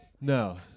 No